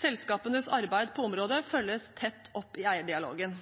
Selskapenes arbeid på området følges tett opp i eierdialogen.